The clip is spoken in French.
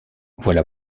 voilà